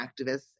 activists